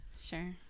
Sure